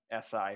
si